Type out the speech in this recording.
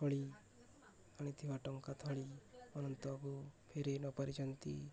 ଥଳି ଆଣିଥିବା ଟଙ୍କା ଥଳି ଅନନ୍ତବାବୁ ଫେରାଇ ନ ପାରିଛନ୍ତି